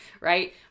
right